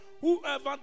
Whoever